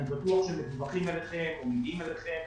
בטוח שמדווחים אליכם או מגיעים אליכם.